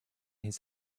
his